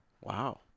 Wow